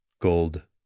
Gold